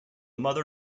mother